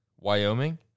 Wyoming